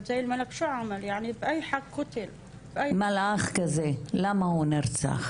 מלאך כזה, למה הוא נרצח?